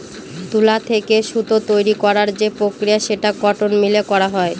তুলা থেকে সুতা তৈরী করার যে প্রক্রিয়া সেটা কটন মিলে করা হয়